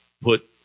put